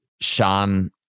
Sean